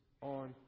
on